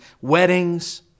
weddings